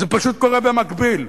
זה פשוט קורה במקביל.